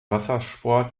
wassersport